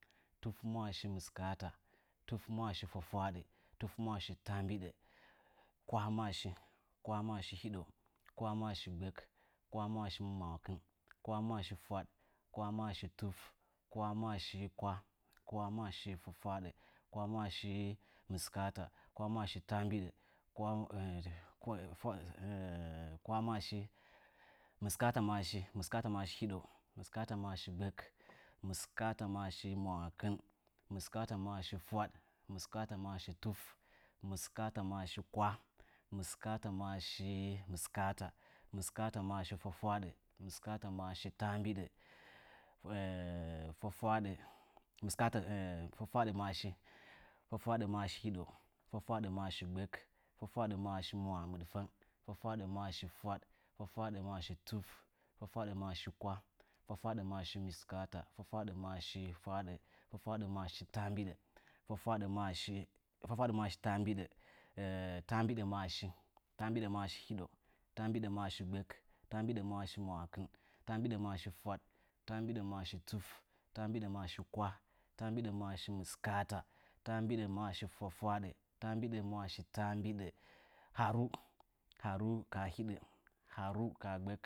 Tufmaashi mɨskaata tufmaashi fwafwaaɗə tufmaashi taambiɗə kwahmaashi kwahmaashi hiɗau kwahmaashi gbək kwahmaashi mwakkɨn kwahmaashi fwaɗ kwahmaashi tuf kwahmaashi kwah kwahmaashi mɨskaata kwahmaashi fwafwaaɗə kwahmaashi taambiɗə kwah twai mɨskaatamaashi mɨskaatamaashi triɗa mɨskaatamaashi gbək mɨskaatamaashi mwaakɨn mɨskaatamaashi fwaɗ mɨskaatamaashi fuf mɨskaatamaashi kwah mɨskaatamaashi mɨskaata mɨskaatamaashi taambiɗə mɨskaata fwafwaad əmaashi fwafwaaɗəmaashi gbək fwafwaaɗəmaashi mwaa mɨɗtəng fwafwaaɗəmaashi fwaɗ fwafwaaɗəmaashi tuf fwafwaaɗəmaashi kwah fwafwaaɗəmaashi miskaata fwafwaaɗəmaashi fwafwaaɗə fwafwaaɗəmaashi taambiɗə fwafwaaɗəmaashi taambiɗə taambiɗamaashi taambiɗəmaashi hiɗə taambiɗəmaashi gbək taambiɗəmaashi mwaakɨn taambiɗəmaashi fwaɗ taambiɗəmaashi tuf taambiɗəmaashi kwah taambiɗəmaashi mɨskaata taambiɗəmaashi fwafwaaɗə taambiɗəmaashi taambiɗə ehaaru ehaaru kaa hiɗə ehaaru kaa gbək